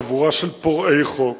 חבורה של פורעי חוק,